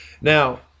Now